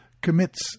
commits